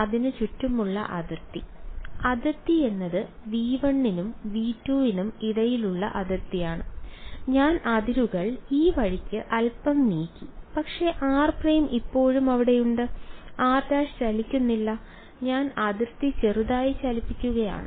അതിനു ചുറ്റുമുള്ള അതിർത്തി അതിർത്തി എന്നത് V1 നും V2 നും ഇടയിലുള്ള അതിർത്തിയാണ് ഞാൻ അതിരുകൾ ഈ വഴിക്ക് അൽപ്പം നീക്കി പക്ഷേ r പ്രൈം ഇപ്പോഴും അവിടെയുണ്ട് r′ ചലിക്കുന്നില്ല ഞാൻ അതിർത്തി ചെറുതായി ചലിപ്പിക്കുകയാണ്